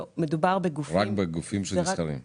לא, מדובר רק בגופים שנסחרים.